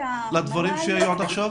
לדברים שנאמרו עד עכשיו?